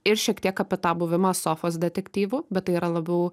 ir šiek tiek apie tą buvimą sofos detektyvu bet tai yra labiau